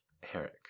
Herrick